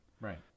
right